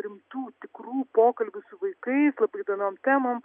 rimtų tikrų pokalbių su vaikais labai įdomiom temom